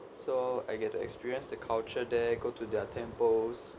so I get to experience the culture there go to their temples